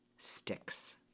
sticks